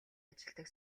ажилладаг